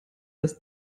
das